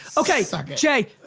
okay so j,